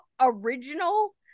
original